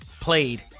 played